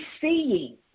seeing